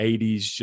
80s